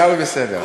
עיסאווי בסדר.